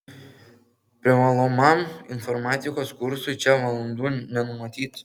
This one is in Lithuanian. privalomam informatikos kursui čia valandų nenumatyta